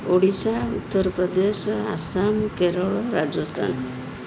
Odisha Uttar Pradesh Assam Kerala Rajasthan